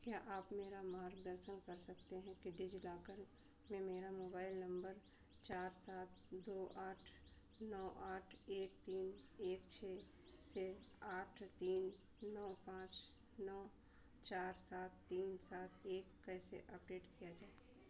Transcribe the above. क्या आप मेरा मार्गदर्शन कर सकते हैं कि डिजिलॉकर में मेरा मोबाइल नंबर चार सात दो आठ नौ आठ एक तीन एक छः से आठ तीन नौ पाँच नौ चार सात तीन सात एक कैसे अपडेट किया जाए